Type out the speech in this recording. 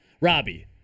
Robbie